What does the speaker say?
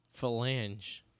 phalange